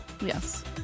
yes